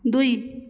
ଦୁଇ